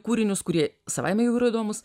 kūrinius kurie savaime jau yra įdomūs